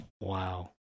wow